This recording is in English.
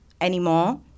anymore